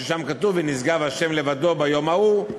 ששם כתוב: "ונשגב ה' לבדו ביום ההוא".